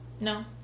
No